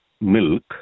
milk